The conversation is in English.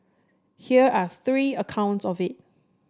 here are three accounts of it